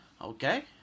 Okay